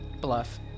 bluff